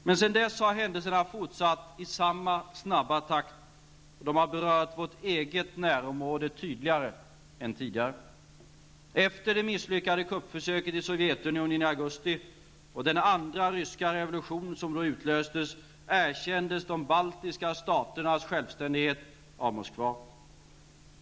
Men sedan dess har händelserna fortsatt i samma snabba takt, och de har berört vårt eget närområde tydligare än tidigare. Sovjetunionen i augusti, och den andra ryska revolution som då utlöstes, erkändes de baltiska staternas självständighet av Moskva.